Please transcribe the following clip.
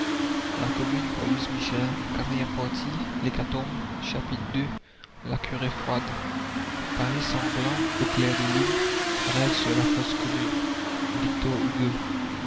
avec les autres la commune la curée froide paris sanglant au clair de lune rêve sur la fosse commune